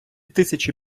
тисячі